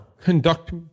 Conduct